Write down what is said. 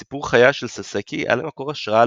סיפור חייה של ססקי היה למקור השראה